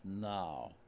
Now